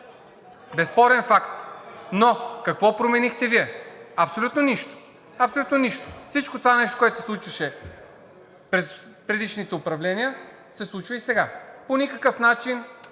от ГЕРБ-СДС.) Какво променихте Вие? Абсолютно нищо. Всичкото това нещо, което се случваше през предишните управления, се случва и сега. По никакъв начин